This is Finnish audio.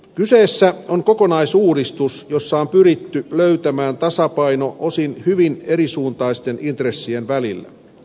kyseessä on kokonaisuudistus jossa on pyritty löytämään tasapaino osin hyvin erisuuntaisten intressien välillä